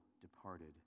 departed